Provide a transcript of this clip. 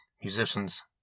musicians